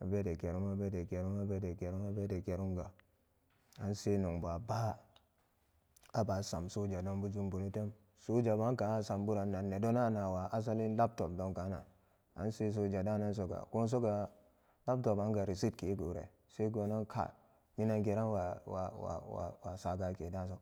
an abede gerum abedgerum abedegeru abedegerum ga anse nong ba ba aba sam soja don pu jum bonate soja baan kaan a samburan nedona wa wa asalin laptop don karan ase soja daannan soga goon soga laptop anga receipt kego se gonan kai minan geran wa wa saga kedaan so.